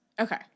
okay